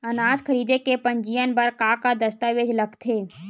अनाज खरीदे के पंजीयन बर का का दस्तावेज लगथे?